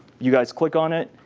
you guys click on it.